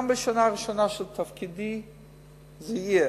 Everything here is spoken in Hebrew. גם בשנה הראשונה של תפקידי זה יהיה.